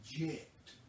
reject